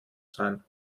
sein